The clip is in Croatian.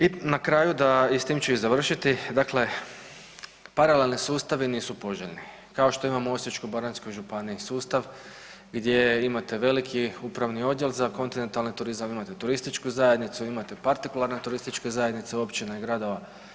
I na kraju da i s tim ću i završiti dakle paralelni sustavi nisu poželjni, kao što imamo u Osječko-baranjskoj županiji sustav gdje imate veliki upravni odjel za kontinentalni turizam, imate turističku zajednicu, imate partikularne turističke zajednice općina i gradova.